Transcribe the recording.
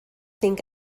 think